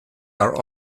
are